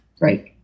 Right